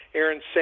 Aaron